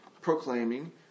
proclaiming